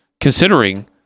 Considering